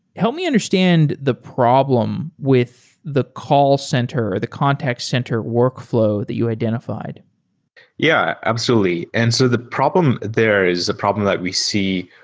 help me understand the problem with the call center or the contact center workflow that you identified yeah, absolutely. and so the problem there is a problem that we see,